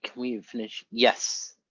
we finish? yes.